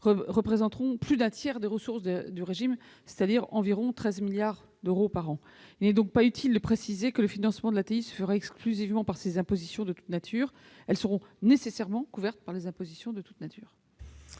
représenteront plus d'un tiers des ressources du régime, soit environ 13 milliards d'euros par an. Il n'est donc pas utile de préciser que le financement de l'ATI se fera exclusivement par ces impositions de toutes natures. Elles seront nécessairement couvertes par les impositions de toutes natures.